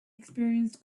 experienced